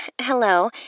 hello